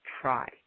try